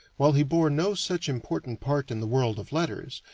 while he bore no such important part in the world of letters,